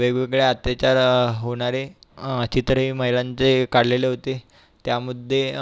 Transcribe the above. वेगवेगळ्या अत्याचार होणारे चित्रे महिलांचे काढलेले होते त्यामध्ये